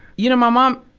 you know, my mom,